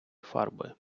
фарби